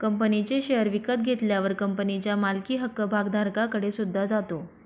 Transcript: कंपनीचे शेअर विकत घेतल्यावर कंपनीच्या मालकी हक्क भागधारकाकडे सुद्धा जातो